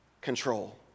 control